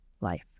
life